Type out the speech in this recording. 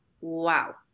Wow